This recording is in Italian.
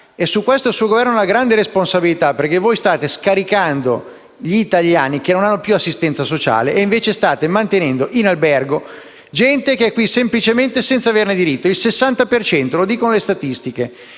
E su questo il suo Governo ha una grande responsabilità, perché voi state scaricando gli italiani, che non hanno più assistenza sociale, e invece state mantenendo in albergo gente che è qui semplicemente senza averne diritto (il 60 per cento, lo dicono le statistiche).